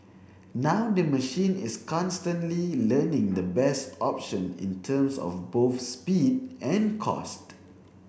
now the machine is constantly learning the best option in terms of both speed and cost